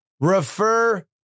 refer